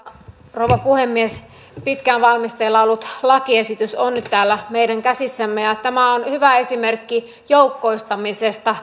rouva puhemies pitkään valmisteilla ollut lakiesitys on nyt täällä meidän käsissämme ja tämä lakihanke on hyvä esimerkki joukkoistamisesta